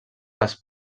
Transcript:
les